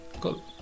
Cool